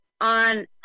on